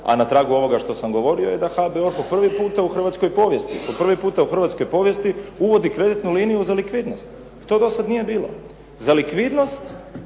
a na tragu ovoga što sam govorio je da HBOR po prvi puta u hrvatskoj povijesti uvodi kreditnu liniju za likvidnost. To do sada nije bilo. Za likvidnost